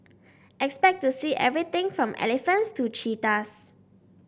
expect to see everything from elephants to cheetahs